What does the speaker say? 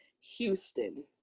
houston